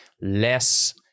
less